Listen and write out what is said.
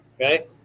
Okay